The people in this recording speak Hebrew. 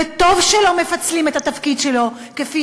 וטוב שלא מפצלים את התפקיד שלו כפי